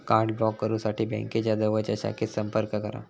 card block करुसाठी बँकेच्या जवळच्या शाखेत संपर्क करा